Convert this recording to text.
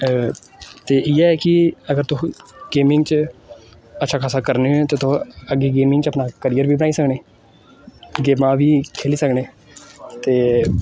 ते इयै कि अगर तुस गेमिंग च अच्छा खासा करने ओ ते तुस अग्गें गेमिंग च अपना कैरियर बी बनाई सकने गेमां बी खेली सकने ते